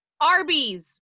Arby's